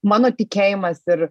mano tikėjimas ir